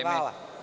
Hvala.